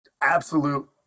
absolute